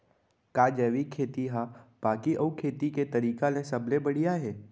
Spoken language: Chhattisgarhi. का जैविक खेती हा बाकी अऊ खेती के तरीका ले सबले बढ़िया हे?